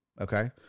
Okay